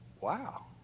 wow